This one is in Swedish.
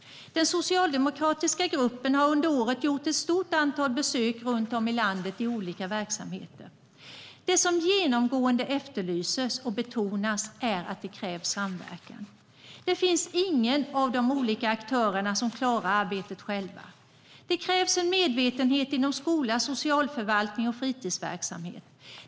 Den socialdemokratiska gruppen har under året gjort ett stort antal besök runt om i landet i olika verksamheter. Det som genomgående efterlyses och betonas är samverkan. Det finns ingen av de olika aktörerna som klarar arbetet själv. Det krävs en medvetenhet inom skola, socialförvaltning och fritidsverksamhet.